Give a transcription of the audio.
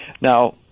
Now